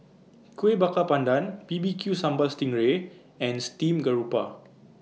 Kuih Bakar Pandan B B Q Sambal Sting Ray and Steamed Garoupa